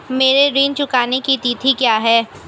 मेरे ऋण चुकाने की तिथि क्या है?